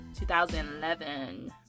2011